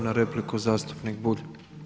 na repliku zastupnik Bulj.